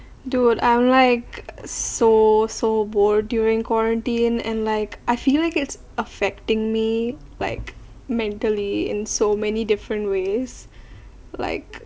dude I'm like so so bored during quarantine and like I feel like it's affecting me like mentally in so many different ways like